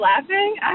laughing